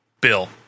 Bill